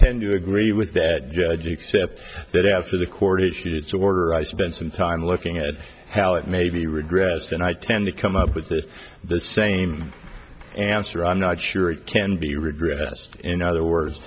send you agree with that judge except that after the court issued its order i spent some time looking at how it may be regressed and i tend to come up with the the same answer i'm not sure it can be reversed in other words